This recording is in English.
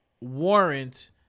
warrant